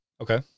Okay